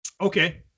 Okay